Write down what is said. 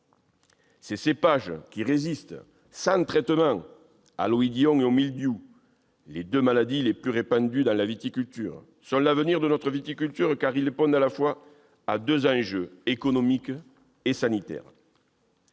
Ces cépages, qui résistent sans traitement à l'oïdium et au mildiou, les deux maladies les plus répandues dans la culture de la vigne, sont l'avenir de notre viticulture, car ils répondent à la fois aux enjeux économiques et sanitaires.